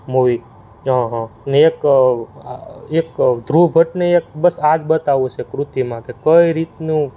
movie એક એક ધ્રુવ ભટ્ટને એક બસ આ જ બતાવવું છે કૃતિમાં કે કઈ રીતનું